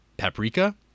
Paprika